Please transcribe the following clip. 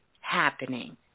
happening